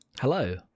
Hello